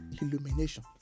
illumination